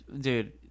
Dude